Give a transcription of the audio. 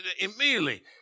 Immediately